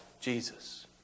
Jesus